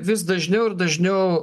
vis dažniau ir dažniau